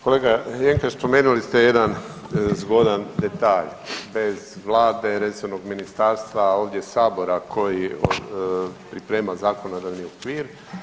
Kolega Jenkač, spomenuli ste jedan zgodan detalj, bez Vlade, resornog ministarstva, ovdje Sabora koji priprema zakonodavni okvir.